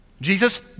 Jesus